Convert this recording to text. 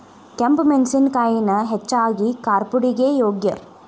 ಕೆಂಪ ಮೆಣಸಿನಕಾಯಿನ ಹೆಚ್ಚಾಗಿ ಕಾರ್ಪುಡಿಗೆ ಯೋಗ್ಯ